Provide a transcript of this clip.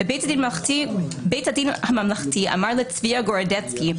בית הדין הממלכתי אמר לצביה גורודצקי,